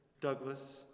Douglas